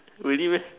really meh